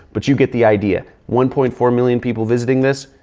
but you get the idea. one point four million people visiting this,